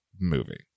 movie